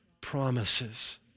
promises